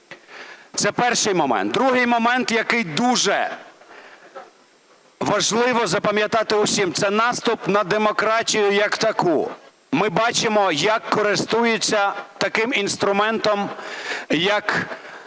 Це перший момент. Другий момент, який дуже важливо запам'ятати всім, - це наступ на демократію як таку. Ми бачимо, як користуються таким інструментом, як